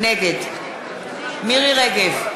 נגד מירי רגב,